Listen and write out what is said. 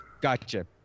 Gotcha